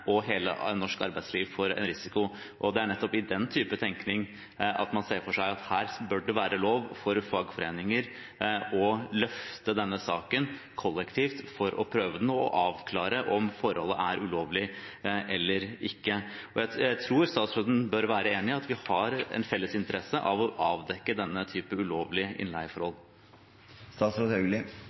og hele norsk arbeidsliv for risiko. Det er nettopp i den type tenkning at man ser for seg at det bør være lov for fagforeninger å løfte saken kollektivt for å prøve den og avklare om forholdet er ulovlig eller ikke. Jeg tror statsråden bør være enig i at vi har en felles interesse av å avdekke denne type